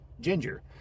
ginger